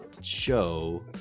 show